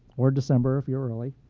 or december if you're early,